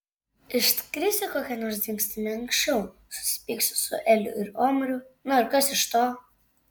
išskrisi kokia nors dingstimi anksčiau susipyksi su eliu ir omriu na ir kas iš to